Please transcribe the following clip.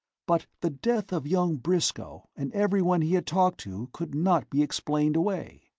but the death of young briscoe and everyone he had talked to could not be explained away.